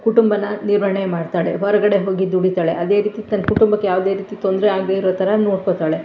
ಕುಟುಂಬನ ನಿರ್ವಹಿಣೆ ಮಾಡ್ತಾಳೆ ಹೊರಗಡೆ ಹೋಗಿ ದುಡಿತಾಳೆ ಅದೆ ರೀತಿ ತನ್ನ ಕುಟುಂಬಕ್ಕೆ ಯಾವುದೇ ರೀತಿ ತೊಂದರೆ ಆಗದೇ ಇರೋ ಥರ ನೋಡ್ಕೊಳ್ತಾಳೆ